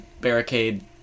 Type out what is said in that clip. barricade